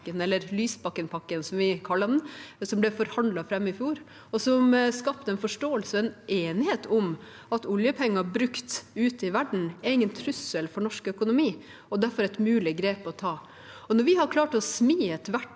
eller Lysbakken-pakken, som vi kaller den – som ble forhandlet fram i fjor, og som skapte en forståelse og en enighet om at oljepenger brukt ute i verden ikke er noen trussel for norsk økonomi, og derfor et mulig grep å ta. Når vi har klart å smi et verktøy,